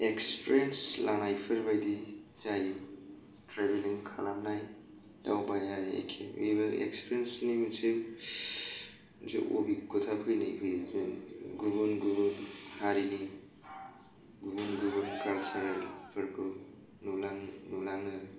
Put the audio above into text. experience लानायफोर बायदि जायो ट्रेभेलिं खालामनाय दावबायनाय एखे बेबो एक्सपेरियेन्सनि मोनसे जे अबिगथा फैनाय फैयो जेन गुबुन गुबुन हारिनि गुबुन गुबुन कालचारेल फोरखौ नुलाङो